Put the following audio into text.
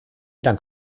dank